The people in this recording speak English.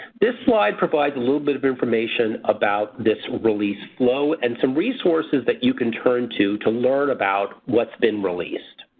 this slide provides a little bit of information about this release flow and some resources that you can turn to to learn about what's been released.